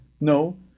No